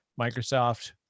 Microsoft